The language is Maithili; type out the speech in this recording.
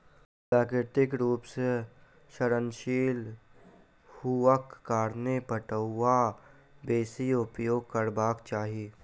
प्राकृतिक रूप सॅ सड़नशील हुअक कारणें पटुआ बेसी उपयोग करबाक चाही